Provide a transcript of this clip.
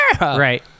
right